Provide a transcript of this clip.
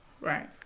Right